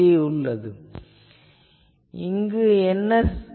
இப்போது என்ன செய்யலாம்